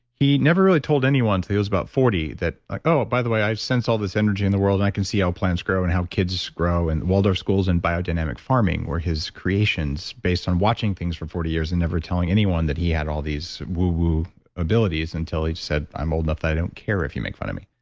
he never really told anyone, till he was about forty, that like, oh, by the way, i've sensed all this energy in the world, and i can see how plants grow and how kids grow and waldorf schools and biodynamics farming, where his creations based on watching things for forty years and never telling anyone that he had all these woo hoo abilities until he said, i'm old enough that i don't care if you make fun of me.